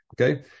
Okay